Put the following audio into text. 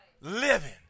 living